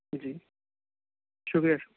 جی شُکریہ شُکریہ